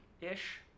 ish